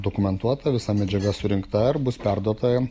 dokumentuota visa medžiaga surinkta ir bus perduota